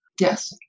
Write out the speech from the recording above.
Yes